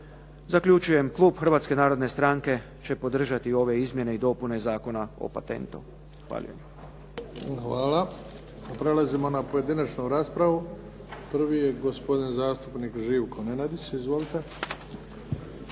Zaključujem. Klub Hrvatske Narodne Stranke će podržati ove Izmjene i dopune Zakona o patentu. Zahvaljujem. **Bebić, Luka (HDZ)** Hvala. Prelazimo na pojedinačnu raspravu. Prvi je gospodin zastupnik Živko Nenadić. Izvolite